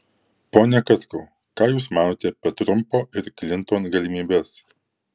pone katkau ką jūs manote apie trumpo ir klinton galimybes